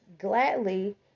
Gladly